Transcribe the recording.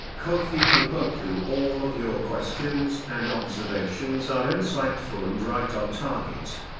kofi opoku all of your questions and observations are insightful and right on target!